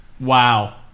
Wow